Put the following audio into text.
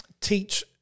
teach